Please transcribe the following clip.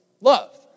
love